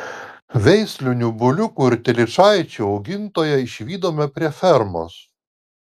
veislinių buliukų ir telyčaičių augintoją išvydome prie fermos